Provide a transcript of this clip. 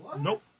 Nope